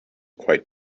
quite